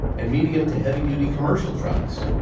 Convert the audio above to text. and medium to heavy-duty commercial trucks.